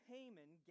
Haman